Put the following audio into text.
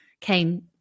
came